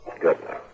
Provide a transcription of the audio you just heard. Good